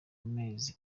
amezi